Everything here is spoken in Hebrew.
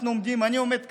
אנחנו עומדים, אני עומד כאן,